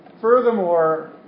furthermore